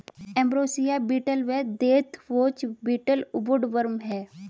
ambrosia beetle व deathwatch beetle woodworm हैं